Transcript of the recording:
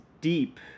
deep